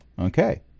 Okay